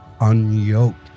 unyoked